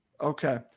Okay